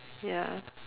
ya